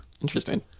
Interesting